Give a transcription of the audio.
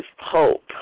hope